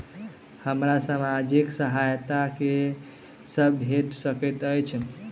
हमरा सामाजिक सहायता की सब भेट सकैत अछि?